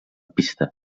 pista